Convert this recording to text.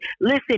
listen